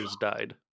died